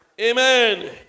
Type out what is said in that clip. Amen